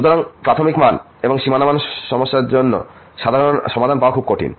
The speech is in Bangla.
সুতরাং প্রাথমিক মান এবং সীমানা মান সমস্যার জন্য সমাধান পাওয়া খুব কঠিন